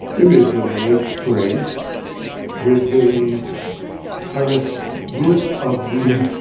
image of late spring with the terraced roof of the